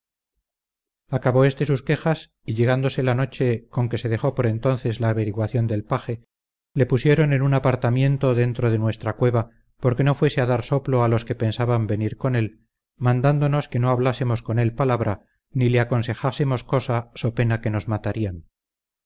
acabó éste sus quejas y llegándose la noche con que se dejó por entonces la averiguación del paje le pusieron en un apartamiento dentro de nuestra cueva porque no fuese a dar soplo a los que pensaban venir con él mandándonos que no hablásemos con él palabra ni le aconsejásemos cosa so pena que nos matarían